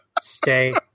Stay